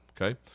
okay